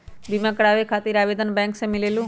बिमा कराबे खातीर आवेदन बैंक से मिलेलु?